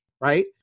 right